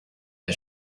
der